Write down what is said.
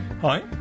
Hi